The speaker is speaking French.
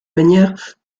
manière